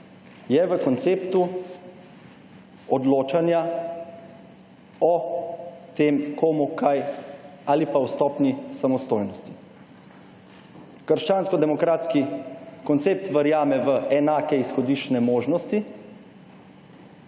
je v konceptu odločanja o tem komu kaj ali pa o stopnji samostojnosti. Krščansko-demokratski koncept verjame v enake izhodišče možnosti,